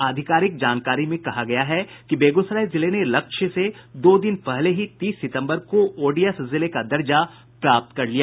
आधिकारिक जानकारी में कहा गया है कि बेगूसराय जिले ने लक्ष्य से दो दिन पहले ही तीस सितम्बर को ओडीएफ जिले के दर्जा प्राप्त कर लिया